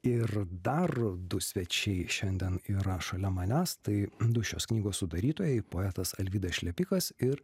ir dar du svečiai šiandien yra šalia manęs tai du šios knygos sudarytojai poetas alvydas šlepikas ir